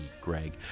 Greg